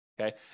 okay